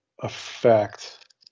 affect